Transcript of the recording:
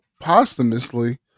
Posthumously